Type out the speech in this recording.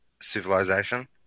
civilization